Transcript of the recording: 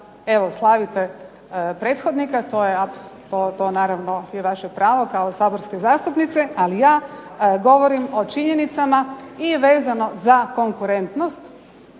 evo slavite prethodnika, to je naravno vaše pravo kao saborske zastupnice, ali ja govorim o činjenicama i vezano za konkurentnost.